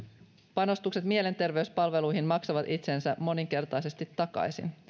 panostukset mielenterveyspalveluihin maksavat itsensä moninkertaisesti takaisin